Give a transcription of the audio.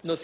non